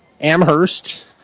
Amherst